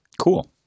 Cool